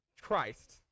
Christ